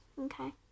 Okay